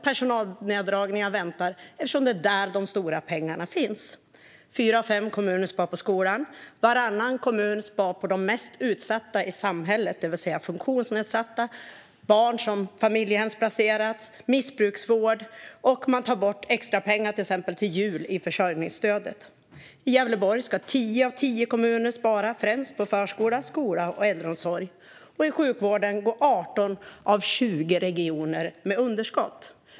Personalneddragningar väntar eftersom det är där de stora pengarna finns. Fyra av fem kommuner sparar på skolan. Varannan kommun sparar på de mest utsatta i samhället, det vill säga funktionsnedsatta, barn som familjehemsplacerats och missbrukare som behöver vård. Man tar bort extrapengar exempelvis till jul från försörjningsstödet. I Gävleborg ska tio av tio kommuner spara, främst på förskola, skola och äldreomsorg. I sjukvården går 18 av 20 regioner med underskott.